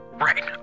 Right